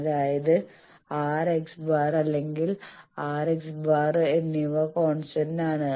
അതായത് R x̄ അല്ലെങ്കിൽ R x̄ bar എന്നിവ കോൺസ്റ്റന്റ് ആണ്